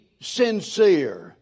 sincere